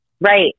right